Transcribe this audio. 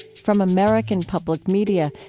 from american public media,